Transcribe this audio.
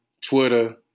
Twitter